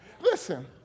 Listen